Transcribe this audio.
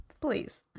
please